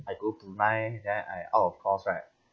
I go brunei then I out of course right